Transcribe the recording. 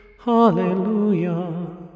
hallelujah